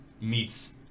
meets